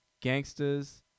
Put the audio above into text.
Gangsters